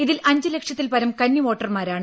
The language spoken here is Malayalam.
ഇതിൽ അഞ്ചുലക്ഷത്തിൽപ്പരം കന്നിവോട്ടർമാരാണ്